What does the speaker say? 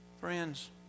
Friends